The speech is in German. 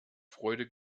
freude